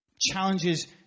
challenges